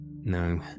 No